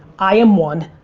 i am one,